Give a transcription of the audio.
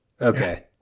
Okay